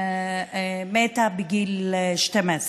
מתה בגיל 12